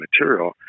material